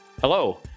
Hello